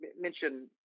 mention –